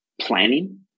planning